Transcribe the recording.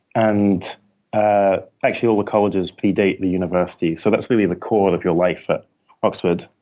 and ah actually, all the colleges predate the universities. so that's really the core of your life at oxford.